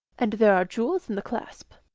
and there are jewels in the clasp!